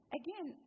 again